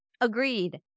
Agreed